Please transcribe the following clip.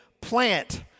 plant